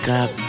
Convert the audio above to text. up